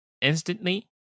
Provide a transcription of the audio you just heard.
instantly